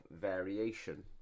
variation